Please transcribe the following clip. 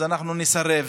אנחנו נסרב